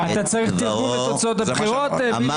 אתה צריך תרגום לתוצאות הבחירות, בליאק?